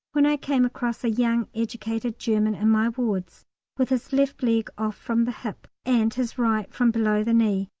when i came across a young educated german in my wards with his left leg off from the hip, and his right from below the knee,